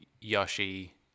Yoshi